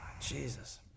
Jesus